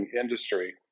industry